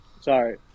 sorry